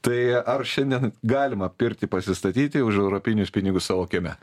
tai ar šiandien galima pirtį pasistatyti už europinius pinigus savo kieme